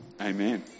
Amen